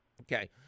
Okay